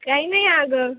काही नाही अगं